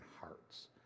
hearts